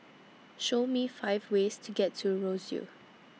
Show Me five ways to get to Roseau